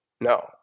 No